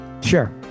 Sure